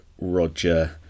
Roger